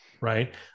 Right